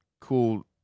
cool